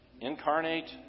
Incarnate